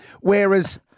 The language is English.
Whereas